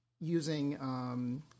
using –